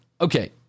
Okay